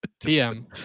TM